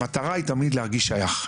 המטרה היא תמיד להרגיש שייך,